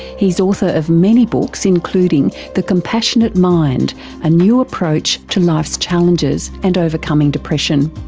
he's author of many books, including the compassionate mind a new approach to life's challenges and overcoming depression.